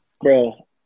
bro